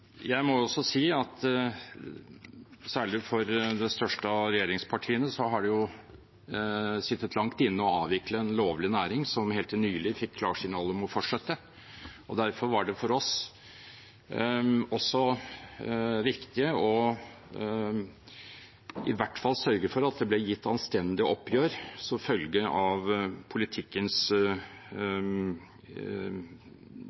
Jeg må også si at særlig for det største av regjeringspartiene har det sittet langt inne å avvikle en lovlig næring som inntil nylig fikk klarsignal om å fortsette. Derfor var det for oss også viktig i hvert fall å sørge for at det ble gitt anstendige oppgjør som følge av politikkens